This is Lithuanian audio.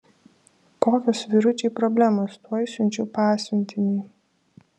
kokios vyručiai problemos tuoj siunčiu pasiuntinį